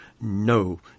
no